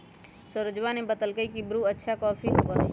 सरोजवा ने बतल कई की ब्रू अच्छा कॉफी होबा हई